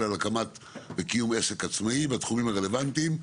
על הקמת וקיום עסק עצמאי בתחומים הרלוונטיים.